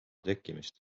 tekkimist